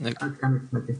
ועד כאן מבחינתי.